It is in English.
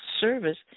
service